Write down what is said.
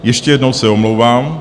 Ještě jednou se omlouvám.